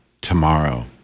tomorrow